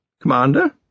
Commander